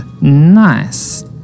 nice